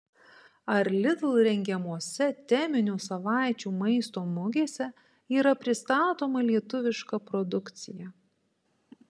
ar lidl rengiamose teminių savaičių maisto mugėse yra pristatoma lietuviška produkcija